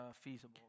feasible